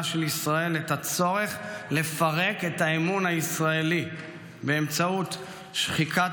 של ישראל את הצורך לפרק את האמון הישראלי באמצעות שחיקת